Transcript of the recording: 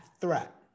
threat